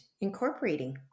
incorporating